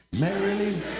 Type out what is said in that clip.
merrily